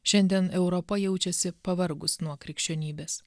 šiandien europa jaučiasi pavargus nuo krikščionybės